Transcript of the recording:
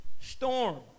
storm